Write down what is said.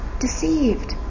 deceived